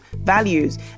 values